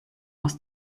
aus